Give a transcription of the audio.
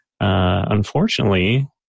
unfortunately